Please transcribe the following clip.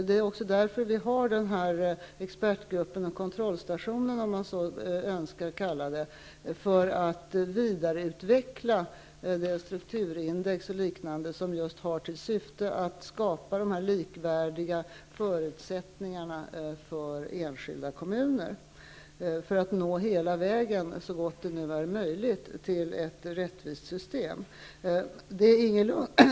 Det är också därför vi har expertgruppen -- eller kontrollstationen, om man så önskar kalla den -- för att vidareutveckla det strukturindex och liknande som just har till syfte att skapa de likvärdiga förutsättningarna för enskilda kommuner, för att nå hela vägen, så gott det nu är möjligt, till ett rättvist system.